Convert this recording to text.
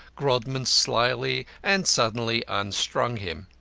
grodman slyly and suddenly unstrung him.